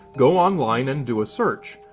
go online and do a search.